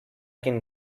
can